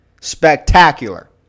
Spectacular